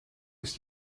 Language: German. ist